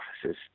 offices